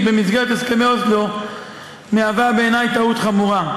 במסגרת הסכמי אוסלו היא בעיני טעות חמורה.